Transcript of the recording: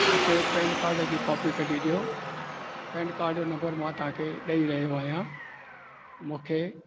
मूंखे PAN card जी copy कढी ॾियो पेन कार्ड जो नंबर मां तव्हां खे ॾई रहियो आहियां मूंखे